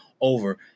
over